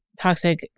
toxic